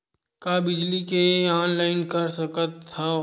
का बिजली के ऑनलाइन कर सकत हव?